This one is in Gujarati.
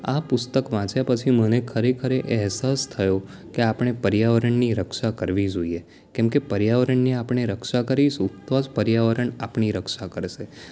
આ પુસ્તક વાંચ્યા પછી મને ખરેખર એ અહેસાસ થયો કે આપણે પર્યાવરણની રક્ષા કરવી જોઈએ કેમકે પર્યાવરણની આપણે રક્ષા કરીશું તો જ પર્યાવરણ આપણી રક્ષા કરશે